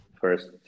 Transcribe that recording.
first